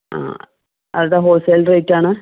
ആ അവരുടെ wholesale റേറ്റാണ്